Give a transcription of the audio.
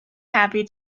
happy